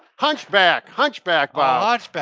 hunchback. hunchback, bob. oh, hunchback.